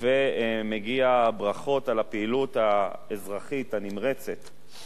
מגיעות ברכות על הפעילות האזרחית הנמרצת של